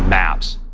maps.